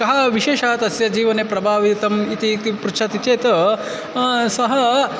कः विशेषः तस्य जीवने प्रभावितम् इति इति पृच्छति चेत् सः